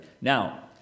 Now